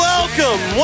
Welcome